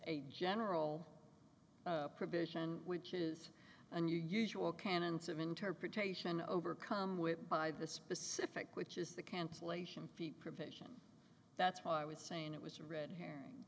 a general provision which is unusual canons of interpretation overcome with by the specific which is the cancellation fee provision that's what i was saying it was a red herring